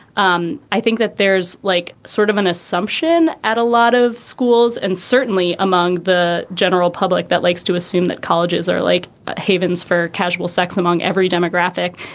um i think that there's like sort of an assumption at a lot of schools and certainly among the general public that likes to assume assume that colleges are like havens for casual sex among every demographic.